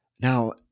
Now